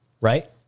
right